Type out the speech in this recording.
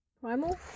Primal